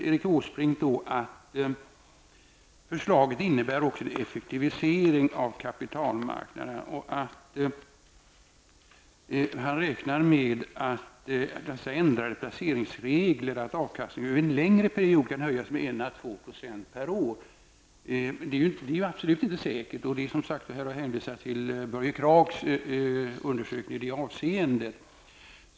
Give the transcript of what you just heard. Erik Åsbrink säger att förslaget också innebär effektivisering av kapitalmarknaden. Han räknar med att dessa ändrade placeringsregler medför ''att avkastningen över en längre period kan höjas med 1--2 % per år''. Det är ju absolut inte säkert. Här har hänvisats till Börje Kraghs undersökning i det avseendet.